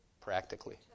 practically